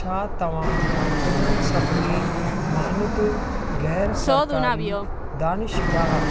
छा तव्हां उन्हनि सभिनी मानदु ग़ैर सरकारी दानिशगाह